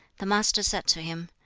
the master said to him,